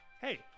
Hey